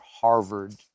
Harvard